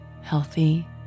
healthy